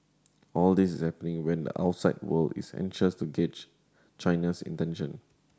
all this is happening when the outside world is anxious to gauge China's intention